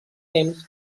temps